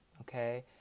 okay